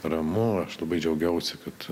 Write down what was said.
ramu aš labai džiaugiausi kad